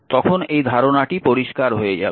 তখন এই ধারণাটি পরিষ্কার হয়ে যাবে